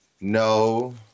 No